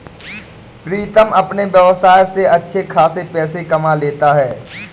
प्रीतम अपने व्यवसाय से अच्छे खासे पैसे कमा लेता है